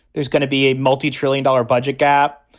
there's going to be a multitrillion dollar budget gap.